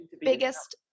biggest